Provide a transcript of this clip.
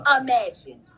imagine